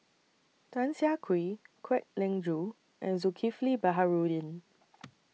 Tan Siah Kwee Kwek Leng Joo and Zulkifli Baharudin